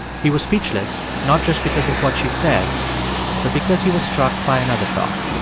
he was speechless, not just because of what she'd said but because he was struck by another thought.